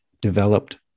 developed